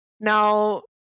Now